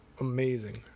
amazing